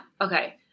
okay